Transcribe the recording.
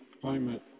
climate